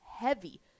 heavy